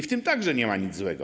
W tym także nie ma nic złego.